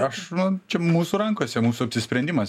aš nu čia mūsų rankose mūsų apsisprendimas